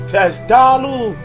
Testalu